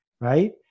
right